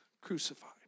crucified